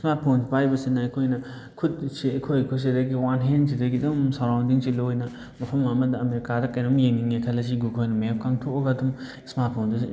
smart phone ꯄꯥꯏꯕꯁꯤꯅ ꯑꯩꯈꯣꯏꯅ ꯈꯨꯠꯁꯦ ꯑꯩꯈꯣꯏ ꯈꯨꯠꯁꯤꯗꯒꯤ ꯋꯥꯟ ꯍꯦꯟꯁꯤꯗꯒꯤ ꯑꯗꯨꯝ ꯁꯔꯥꯎꯟꯗꯤꯡꯁꯦ ꯂꯣꯏꯅ ꯃꯐꯝ ꯑꯃꯗ ꯑꯃꯦꯔꯤꯀꯥꯗ ꯀꯔꯤꯅꯣꯝ ꯌꯦꯡꯅꯤꯡꯉꯦ ꯈꯜꯂꯁꯤ ꯒꯨꯒꯜ ꯃꯦꯞ ꯀꯥꯡꯊꯣꯛꯑꯒ ꯑꯗꯨꯝ ꯏꯁꯃꯥꯔꯠ ꯐꯣꯟꯗꯁꯨ